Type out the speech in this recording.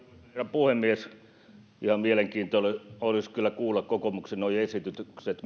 puhemies ihan mielenkiintoista olisi kyllä kuulla miten kokoomuksen nuo esitykset